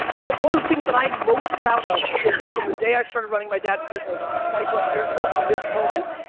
but one of the things that i'm most proud of is that from the day i started running my dad's business twenty plus years ago to this moment,